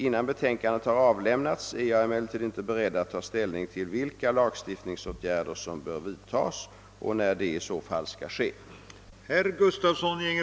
Innan betänkandet har avlämnats är jag emellertid inte beredd att ta ställning till vilka lagstiftningsåtgärder som bör vidtas och när det i så fall skall ske.